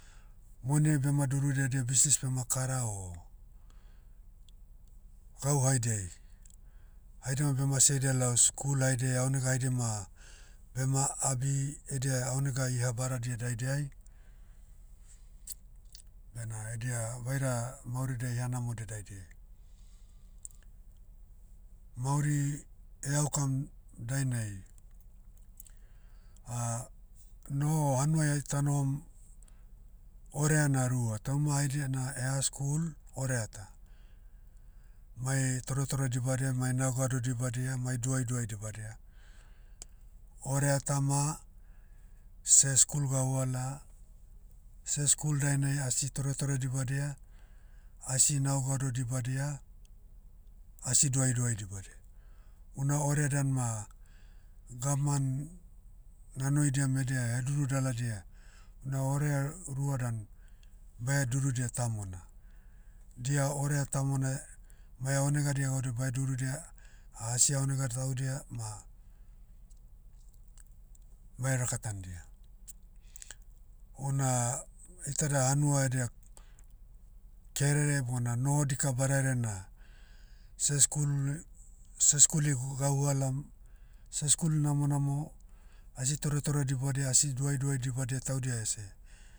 Moniai bema durudia edia bisnis bema kara o, gau haidiai. Haida ma bema siaidia lao skul haidiai aonega haidia ma, bema abi edia aonega iha badadia daidiai, bena edia vaira mauridia ihanamodia daidiai. Mauri eaukam dainai, noho hanuai ai tanohom, orea na rua. Tauma haidia na eha skul, orea ta. Mai toretore dibadia mai nao gado dibadia mai duaiduai dibadia. Orea ta ma, seh skul gahuala. Seh skul dainai asi toretore dibadia, asi nao gado dibadia, asi duaiduai dibadia. Una orea dan ma, gavman, nanoidiam edia heduru daladia, una orea rua dan, bae durudia tamona. Dia orea tamona, mai aonegadia gaudia bae durudia, ah asi aonega taudia ma, bae rakatandia. Una, iteda hanua edia, kerere bona noho dika badaherea na, seh skul- seh skuli gahuala, seh skul namonamo, asi toretore dibadia asi duaiduai dibadia taudia ese,